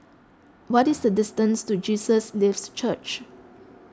what is the distance to Jesus Lives Church